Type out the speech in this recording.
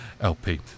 LP